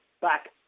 back